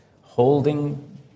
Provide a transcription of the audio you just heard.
holding